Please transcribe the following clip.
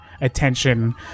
attention